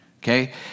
Okay